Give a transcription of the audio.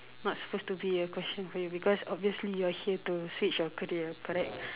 not supposed to be a question for you because obviously you're here to switch your career correct